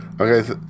Okay